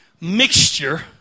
mixture